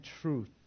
truth